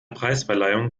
preisverleihung